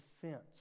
defense